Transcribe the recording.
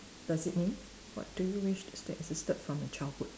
does it mean what do you wish still existed from your childhood